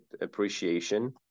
appreciation